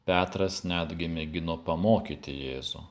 petras netgi mėgino pamokyti jėzų